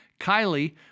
Kylie